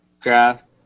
draft